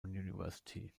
university